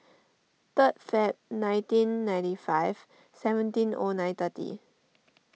third Feb nineteen ninety five seventeen O nine thirty